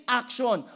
action